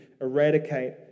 eradicate